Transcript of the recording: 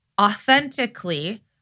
authentically